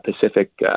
Pacific